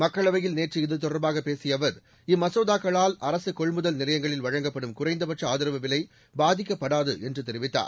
மக்களவையில் நேற்று இதுதொடர்பாக பேசிய அவர் இம்மசோதாக்களால் அரசு கொள்முதல் நிலைபங்களில் வழங்கப்படும் குறைந்தபட்ச ஆதரவு விலை பாதிக்கப்படாது என்று தெரிவித்தார்